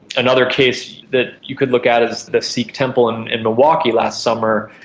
another case that you could look at is the sikh temple in in milwaukee last summer.